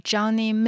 Johnny